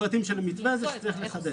אלה הפרטים של המתווה הזה שצריך לחדד,